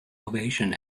ovation